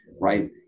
right